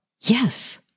Yes